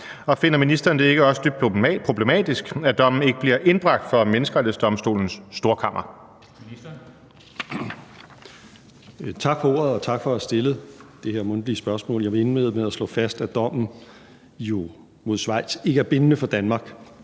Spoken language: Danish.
og finder ministeren det ikke også dybt problematisk, at dommen ikke bliver indbragt for Menneskerettighedsdomstolens Storkammer?